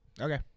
Okay